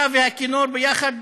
אתה והכינור יחד,